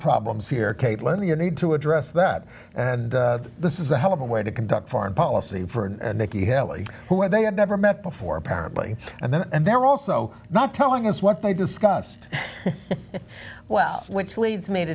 problems here caitlin you need to address that and this is a hell of a way to conduct foreign policy for and nikki haley who they had never met before apparently and then and they're also not telling us what they discussed well which leads m